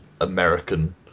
American